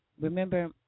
remember